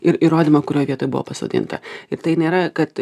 ir įrodymą kurioj vietoj buvo pasodinta ir tai nėra kad